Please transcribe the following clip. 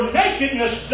nakedness